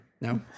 No